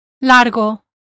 Largo